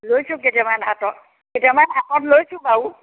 লৈছোঁ কেইটামান হাতত কেইটামান হাতত লৈছোঁ বাৰু